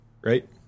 right